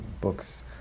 books